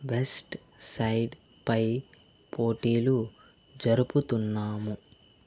west side పై పోటీలు జరుపుతున్నాము